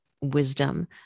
wisdom